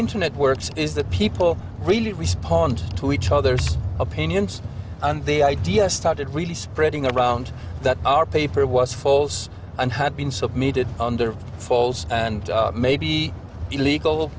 internet works is that people really respond to each others opinions and the idea started really spreading around that our paper was false and had been submitted under false and maybe illegal